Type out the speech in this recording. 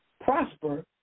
prosper